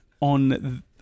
on